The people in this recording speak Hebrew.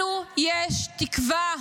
לנו יש תקווה.